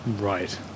Right